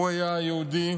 הוא היה יהודי,